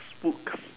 spooks